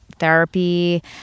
therapy